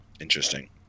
Interesting